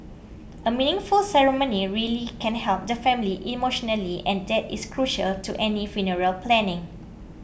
a meaningful ceremony really can help the family emotionally and that is crucial to any funeral planning